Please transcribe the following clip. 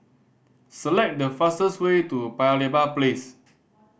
select the fastest way to Paya Lebar Place